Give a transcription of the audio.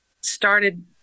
started